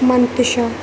منتشا